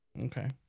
Okay